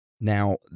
Now